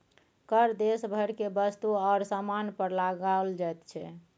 कर देश भरि केर वस्तु आओर सामान पर लगाओल जाइत छै